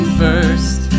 first